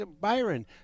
Byron